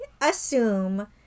assume